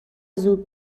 زود